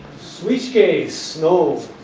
switch case no,